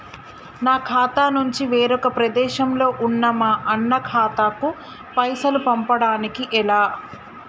నా ఖాతా నుంచి వేరొక ప్రదేశంలో ఉన్న మా అన్న ఖాతాకు పైసలు పంపడానికి ఎలా?